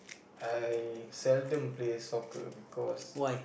I seldom play soccer because